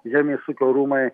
žemės ūkio rūmai